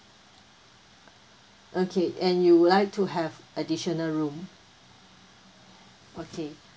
okay and you would like to have additional room okay